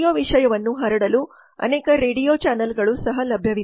audio ವಿಷಯವನ್ನು ಹರಡಲು ಅನೇಕ ರೇಡಿಯೊ ಚಾನೆಲ್ಗಳು ಸಹ ಲಭ್ಯವಿದೆ